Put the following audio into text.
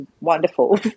wonderful